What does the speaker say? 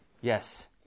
Yes